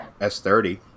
S30